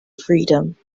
freedom